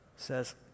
says